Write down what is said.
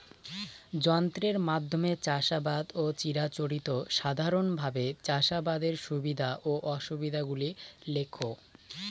যন্ত্রের মাধ্যমে চাষাবাদ ও চিরাচরিত সাধারণভাবে চাষাবাদের সুবিধা ও অসুবিধা গুলি লেখ?